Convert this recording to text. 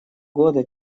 года